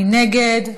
מי נגד?